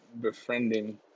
befriending